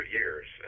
years